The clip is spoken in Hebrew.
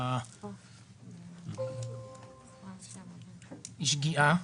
היא שגיאה,